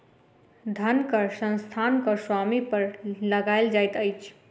धन कर संस्थानक स्वामी पर लगायल जाइत अछि